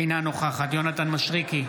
אינה נוכחת יונתן מישרקי,